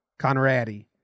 Conradi